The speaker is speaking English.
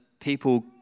people